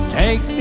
take